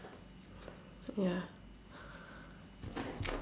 ya